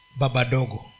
Babadogo